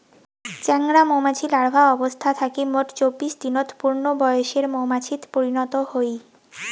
চেংরা মৌমাছি লার্ভা অবস্থা থাকি মোট চব্বিশ দিনত পূর্ণবয়সের মৌমাছিত পরিণত হই